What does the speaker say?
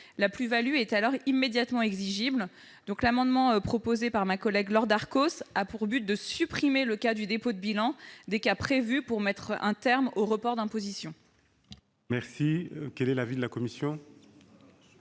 La plus-value devient alors immédiatement exigible. Cet amendement de ma collègue Laure Darcos a pour but de supprimer le cas de dépôt de bilan des cas prévus pour mettre un terme au report d'imposition.